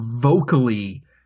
vocally